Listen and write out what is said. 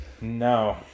No